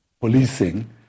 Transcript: policing